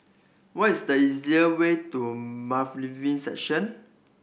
what is the easier way to Bailiff Section